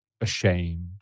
ashamed